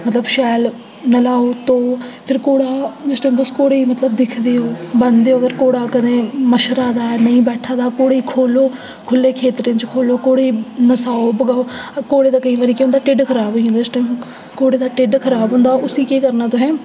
मतलब शैल न धोवो नल्हाओ फ्ही घोड़ा जिस टाइम घोड़े गी दिखदे ओ बनदे हो घोड़ा मशरै दा ऐ नेईं बैठा दा घोड़े गी खोह्लो खुल्ले खेतरें च खोह्लो घोड़े गी न'स्साओ भगाओ घोड़े दा केईं बारी केह् होंदा ढिड्ड खराब होंदा जिस टाइम ओह्दा ढिड्ड खराब होंदा उसी केह् करना तुसें